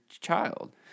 child